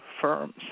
firms